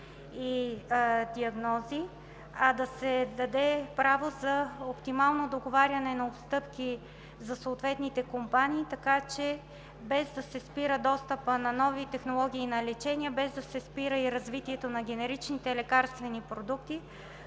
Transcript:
и диагнози, а да се даде право за оптимално договаряне на отстъпки за съответните компании, така че без да се спира достъпът на нови технологии и на лечения, без да се спира и развитието на генеричните лекарствени продукти,